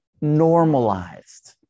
normalized